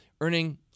earning